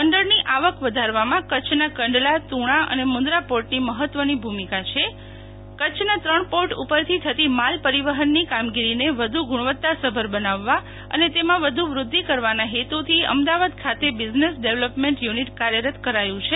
મંડળની આવક વધારવામાં કચ્છના કંડલા તુણા અને મું દરા પોર્ટની મહત્ત્વની ભૂ મિકા છે કચ્છના ત્રણ પોર્ટ ઉપરથી થતી માલ પરિવહનની કામગીરીને વધુ ગુણવત્તાસભર બનાવવા અને તેમાં વધુ વૃદ્ધિ કરવાના હેતુ થી અમદાવાદ ખાતે બિઝનેસ ડેવલોપમેન્ટ યુ નિટ કાર્યરત કરાયું છે